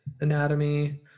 anatomy